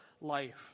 life